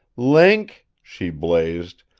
link! she blazed.